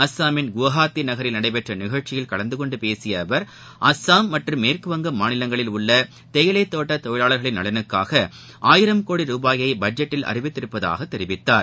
அசாமின் குவஹாத்திநகரில் நடைபெற்றநிகழ்ச்சியில் கலந்தகொண்டுபேசியஅவர் அசாம் மற்றும் மேற்குவங்க மாநிலங்களில் உள்ளதேயிலைதோட்டதொழிலாளர்களின் நலனுக்காகஆயிரம் கோடி ருபாயைபட்ஜெட்டில் அறிவித்துள்ளதாகதெரிவித்தார்